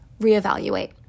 reevaluate